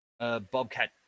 Bobcat